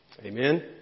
Amen